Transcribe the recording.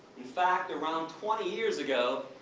in fact, around twenty years ago,